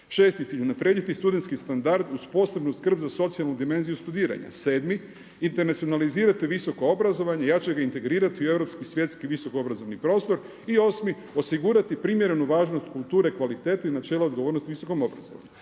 Šesti cilj, unaprijediti studentski standard uz posebnu skrb za socijalnu dimenziju studiranja. Sedmi, internacionalizirati visoko obrazovanje i jače ga integrirati u europski i svjetski visoko obrazovni prostor. I osmi, osigurati primjerenu važnost kulture kvalitete i načela odgovornosti visokom obrazovanju.